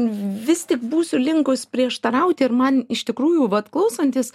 vis tik būsiu linkus prieštarauti ir man iš tikrųjų vat klausantis